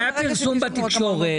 שהיה פרסום בתקשורת.